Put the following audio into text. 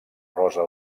rosa